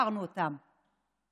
אז עם מה השארנו אותן, עירומות?